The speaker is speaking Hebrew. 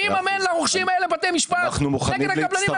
אני אממן לרוכשים האלה בתי משפט נגד הקבלנים,